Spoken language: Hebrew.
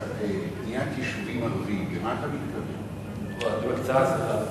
זמנו תם, אבל אני אאפשר לך שאלה קצרה.